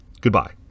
goodbye